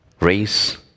race